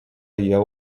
jau